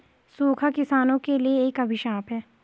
सूखा किसानों के लिए एक अभिशाप है